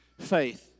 faith